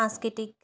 সাংস্কৃতিক